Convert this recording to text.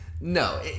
No